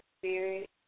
spirit